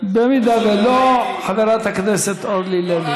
אם לא, חברת הכנסת אורלי לוי.